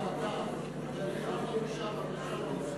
חברי הכנסת,